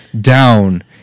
down